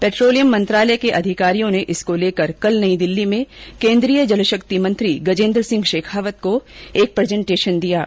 petroleum मंत्रालय के अधिकारियों ने इसको लेकर कल नई दिल्ली में केन्द्रीय जलशक्ति मंत्री गजेन्द्र सिंह शेखावत को एक प्रजेन्टेशन दिया है